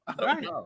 Right